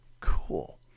Cool